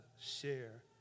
share